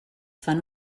fan